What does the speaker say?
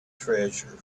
treasure